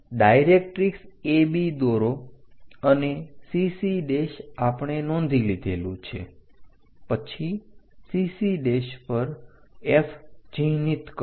directrix AB દોરો અને CC આપણે નોંધી લીધેલું છે પછી CC પર F ચિહ્નિત કરો